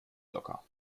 locker